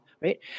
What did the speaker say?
Right